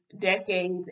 decades